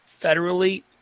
federally